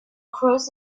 cross